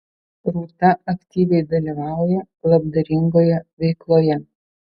rūta aktyviai dalyvauja labdaringoje veikloje